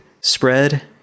spread